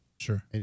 Sure